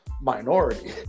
minority